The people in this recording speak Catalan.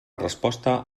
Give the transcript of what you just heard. resposta